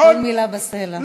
כל מילה בסלע.